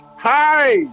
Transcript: Hi